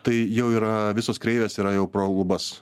tai jau yra visos kreivės yra jau pro lubas